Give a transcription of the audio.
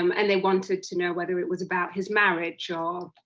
um and they wanted to know whether it was about his marriage, or